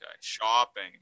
Shopping